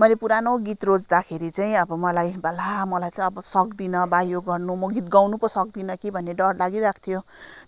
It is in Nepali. मैले पुरानो गीत रोज्दाखेरि चाहिँ अब मलाई भा ला मलाई चाहिँ अब सक्दिनँ भा यो गर्नु म गीत गाउनु पो सक्दिनँ कि भन्ने डर लागिरहेकोथ्यो